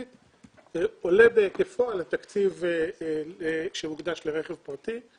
עולה בהיקפו על התקציב שהוקדש לרכב פרטי,